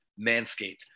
Manscaped